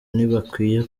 ntibakwiye